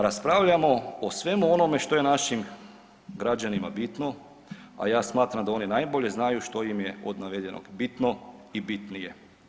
Raspravljamo o svemu onome što je našim građanima bitno, a ja smatram da oni najbolje znaju što im je od navedenog bitno i bitnije.